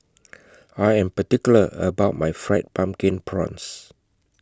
I Am particular about My Fried Pumpkin Prawns